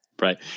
Right